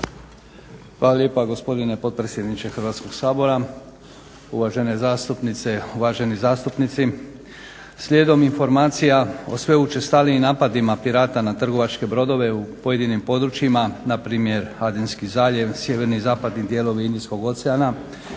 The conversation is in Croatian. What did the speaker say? Hvala lijepa gospodine potpredsjedniče Hrvatskog sabora. Uvažene zastupnice, uvaženi zastupnici. Slijedom informacija o sve učestalijim napadima pirata na trgovačke brodove na pojedinim područjima npr. Adenski zaljevi, sjeverni i zapadni dijelovi Indijskog oceana